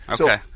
Okay